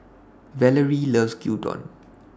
Valarie loves Gyudon